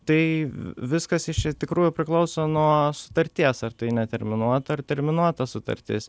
tai viskas iš tikrųjų priklauso nuo sutarties ar tai neterminuota ar terminuota sutartis